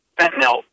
fentanyl